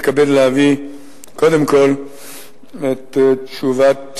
אתכבד להביא קודם כול את תשובת